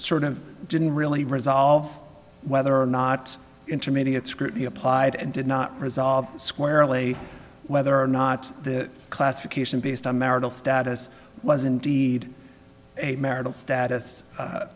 sort of didn't really resolve whether or not intermediate scrutiny applied and did not resolve squarely whether or not the classification based on marital status was indeed a marital status